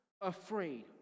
afraid